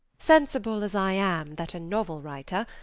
sensible as i am that a novel writer,